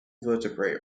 vertebrae